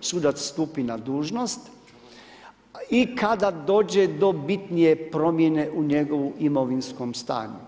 sudac stupi na dužnost i kada dođe do bitnije promjene u njegovom imovinskom stanju